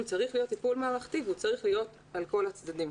צריך להיות טיפול מערכתי והוא צריך להיות על כל הצדדים.